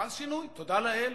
חל שינוי, תודה לאל.